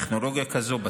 טכנולוגיה כזאת,